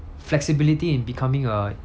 flexibility in becoming a